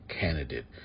candidate